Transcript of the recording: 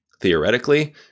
theoretically